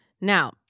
Now